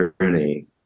journey